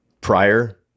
prior